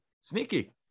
Sneaky